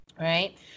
right